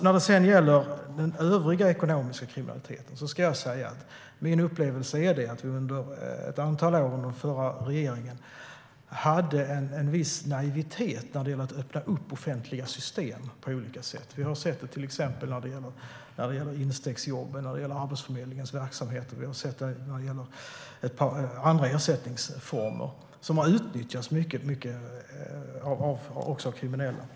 När det gäller den övriga ekonomiska kriminaliteten är min upplevelse att vi under ett antal år under den förra regeringen hade en viss naivitet i fråga om att öppna upp offentliga system på olika sätt. Vi har sett att till exempel instegsjobb, Arbetsförmedlingens verksamhet och ett par andra ersättningsformer har utnyttjats mycket, även av kriminella.